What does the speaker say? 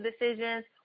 decisions